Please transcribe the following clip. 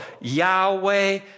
Yahweh